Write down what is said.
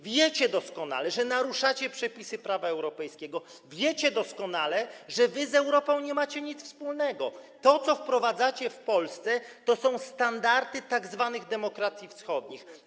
Wiecie doskonale, że naruszacie przepisy prawa europejskiego, wiecie doskonale, że wy z Europą nie macie nic wspólnego, to, co wprowadzacie w Polsce, to są standardy tzw. demokracji wschodnich.